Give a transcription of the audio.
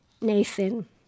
Nathan